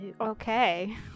Okay